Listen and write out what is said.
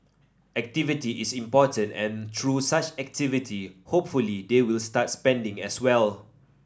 activity is important and through such activity hopefully they will start spending as well